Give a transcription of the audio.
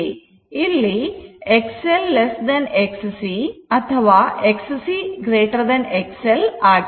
ಇಲ್ಲಿ XL Xc ಅಥವಾ Xc XL ಆಗಿದೆ